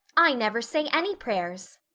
i never say any prayers,